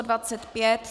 25.